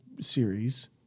series